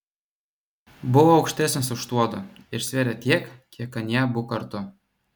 buvo aukštesnis už tuodu ir svėrė tiek kiek anie abu kartu